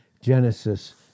Genesis